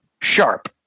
Sharp